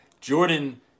Jordan